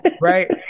Right